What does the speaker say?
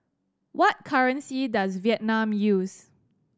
what currency does Vietnam use